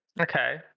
Okay